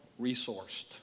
resourced